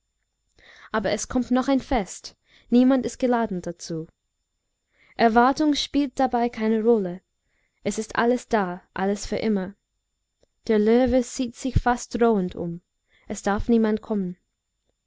aber es kommt noch ein fest niemand ist geladen dazu erwartung spielt dabei keine rolle es ist alles da alles für immer der löwe sieht sich fast drohend um es darf niemand kommen